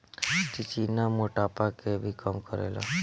चिचिना मोटापा के भी कम करेला